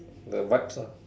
the vibes lah